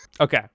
Okay